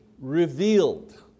revealed